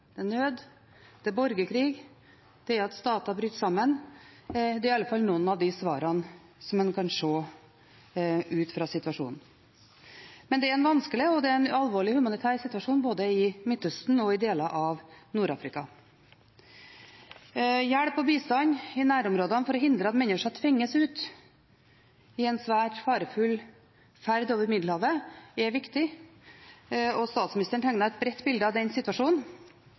det er nød, det er borgerkrig, det er at stater bryter sammen – det er iallfall noen av de svarene en kan se ut fra situasjonen. Det er en vanskelig og alvorlig humanitær situasjon både i Midtøsten og i deler av Nord-Afrika. Hjelp og bistand i nærområdene for å hindre at mennesker tvinges ut i en svært farefull ferd over Middelhavet, er viktig, og statsministeren tegnet et bredt bilde av den situasjonen.